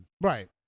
Right